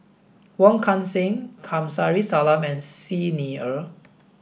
Wong Kan Seng Kamsari Salam and Xi Ni Er